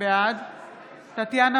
בעד טטיאנה